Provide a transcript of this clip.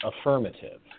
affirmative